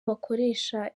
bakoresha